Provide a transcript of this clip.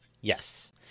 Yes